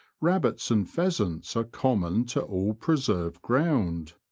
rabbits and pheasants are common to all preserved ground.